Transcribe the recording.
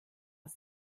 aus